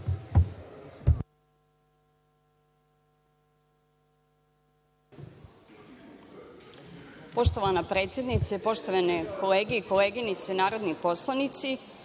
Poštovana predsednice, poštovane kolege i koleginice narodni poslanici,